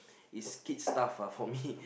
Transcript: is kid stuff ah for me